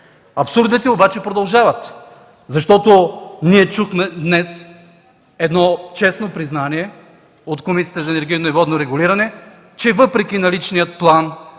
Абсурдите обаче продължават, защото ние чухме днес едно честно признание от Държавната комисия за енергийно и водно регулиране, че въпреки наличния план